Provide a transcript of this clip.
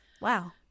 Wow